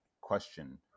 question